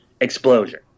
explosion